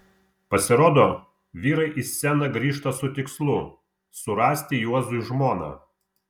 pasirodo vyrai į sceną grįžta su tikslu surasti juozui žmoną